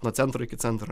nuo centro iki centro